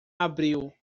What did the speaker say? abril